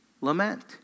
lament